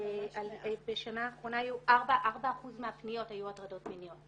בשנה האחרונה 4% מהפניות היו על הטרדות מיניות.